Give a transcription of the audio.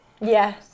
Yes